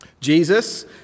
Jesus